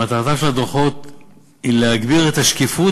מטרת הדוחות היא להגביר את השקיפות